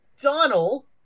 Donald